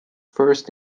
first